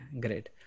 great